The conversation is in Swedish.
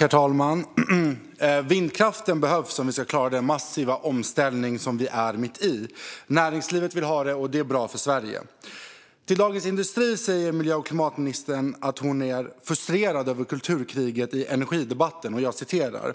Herr talman! Vindkraften behövs om vi ska klara den massiva omställning som vi är mitt i. Näringslivet vill ha den, och den är bra för Sverige. Till Dagens industri säger miljö och klimatministern att hon är frustrerad över kulturkriget i energidebatten. Jag citerar: "Jag